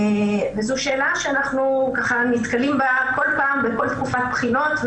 זו שאלה שאנחנו נתקלים בה כל פעם בכל תקופת בחינות,